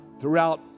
Throughout